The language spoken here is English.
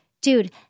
dude